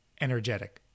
energetic